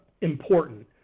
important